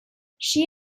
she